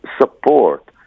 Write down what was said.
support